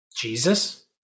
Jesus